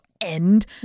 End